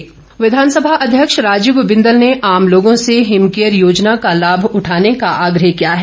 बिंदल विधानसभा अध्यक्ष राजीव बिंदल ने आम लोगों से हिमकेयर योजना का लाभ उठाने का आग्रह किया है